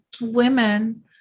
women